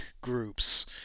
groups